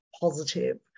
positive